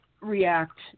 react